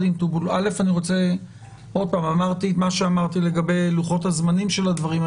אמרתי את מה שאמרתי לגבי לוחות הזמנים של הדברים.